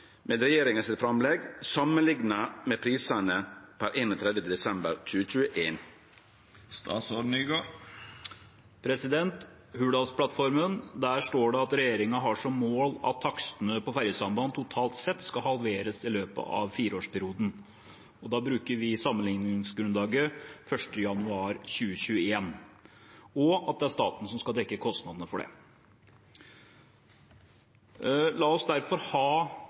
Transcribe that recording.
med regjeringa sitt framlegg samanlikna med prisane per 31. desember 2021?» I Hurdalsplattformen står det at regjeringen har som mål at takstene på ferjesamband totalt sett skal halveres i løpet av fireårsperioden. Da bruker vi i sammenligningsgrunnlaget 1. januar 2021, og det er staten som skal dekke kostnadene for det. La oss derfor ha